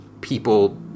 people